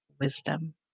wisdom